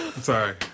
sorry